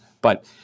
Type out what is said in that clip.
But-